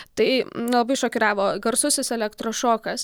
tai labai šokiravo garsusis elektrošokas